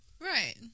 Right